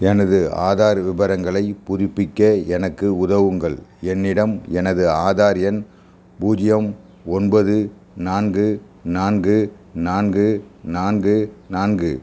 எனது ஆதார் விவரங்களைப் புதுப்பிக்க எனக்கு உதவுங்கள் என்னிடம் எனது ஆதார் எண் பூஜ்ஜியம் ஒன்பது நான்கு நான்கு நான்கு நான்கு நான்கு